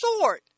sword